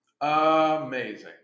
Amazing